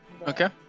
Okay